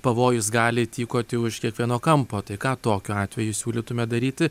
pavojus gali tykoti už kiekvieno kampo tai ką tokiu atveju siūlytumėt daryti